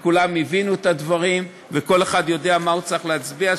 וכולם הבינו את הדברים וכל אחד יודע מה הוא צריך להצביע.